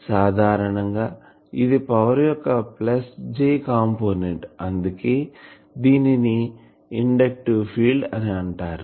సాధారణం గా ఇది పవర్ యొక్క ప్లస్ J కంపోనెంట్ అందుకే దీనిని ఇండక్టివ్ ఫీల్డ్ అని అంటారు